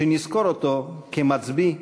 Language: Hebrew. שנזכור אותו כמצביא,